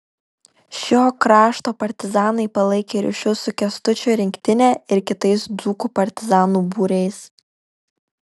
šio krašto partizanai palaikė ryšius su kęstučio rinktine ir kitais dzūkų partizanų būriais